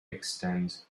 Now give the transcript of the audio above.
extend